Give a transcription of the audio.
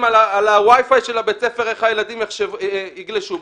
על ה-Wi-Fi של בית הספר איך הילדים יגלשו בו,